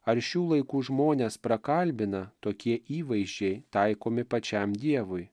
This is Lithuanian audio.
ar šių laikų žmones prakalbina tokie įvaizdžiai taikomi pačiam dievui